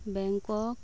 Bangkok